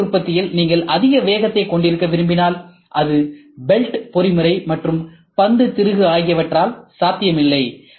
சேர்க்கை உற்பத்தியில் நீங்கள் அதிக வேகத்தைக் கொண்டிருக்க விரும்பினால் அது பெல்ட் பொறிமுறை மற்றும் பந்து திருகு ஆகியவற்றால் சாத்தியமில்லை